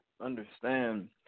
understand